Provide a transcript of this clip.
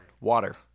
water